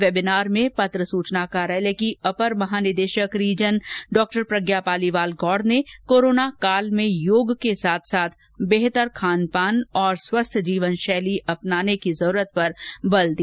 webinar में पत्र सूचना कार्यालय की अपर महानिदेशक रीज़न डॉ प्रज्ञा पालीवाल गौड़ ने कोरोना काल में योग के साथ साथ बेहतर खान पान और स्वस्थ जीवनशैली अपनाने की जरूरत पर बल दिया